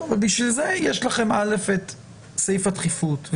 אבל בשביל זה יש לכם את סעיף הדחיפות.